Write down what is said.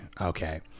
Okay